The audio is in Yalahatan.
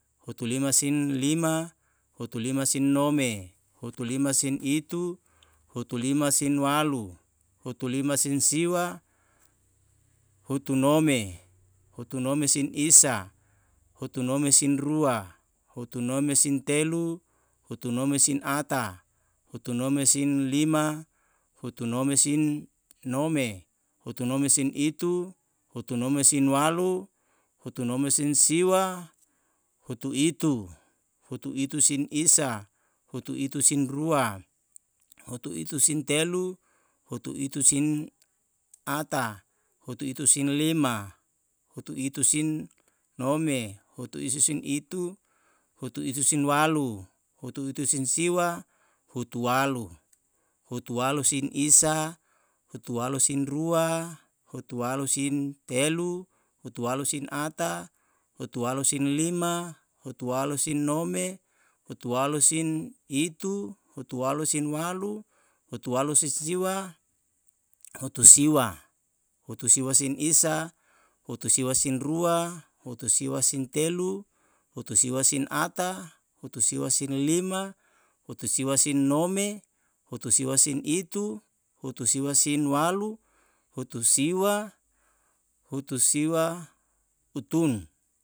Hutu lima sin lima hutu lima sin nome hutu lima sin itu hutu lima sin walu hutu lima sin siwa hutu nome. hutu nome sin isa hutu nome sin rua hutu nome sin telu hutu nome sin ata hutu nome sin lima hutu nome sin nome hutu nome sin itu hutu nome sin walu hutu nome sin siwa hutu itu. hutu itu sin isa hutu itu sin rua hutu itu sin telu hutu itu sin ata hutu itu sin lima hutu itu sin nome hutu itu sin itu hutu itu sin walu hutu itu sin siwa hutu walu. hutu walu sin isa hutu walu sin rua hutu walu sin telu hutu walu sin ata hutu walu sin lima hutu walu sin nome hutu walu sin itu hutu walu sin walu hutu walu sin siwa hutu siwa. hutu siwa sin isa hutu siwa sin rua hutu siwa sin telu hutu siwa sin ata hutu siwa sin lima hutu siwa sin nome hutu siwa sin itu hutu siwa sin walu hutu siwa hutu siwa utun